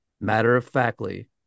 matter-of-factly